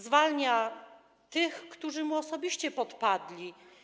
Zwalnia tych, którzy mu osobiście podpadli.